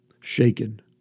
Shaken